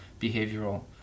behavioral